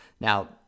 Now